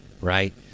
right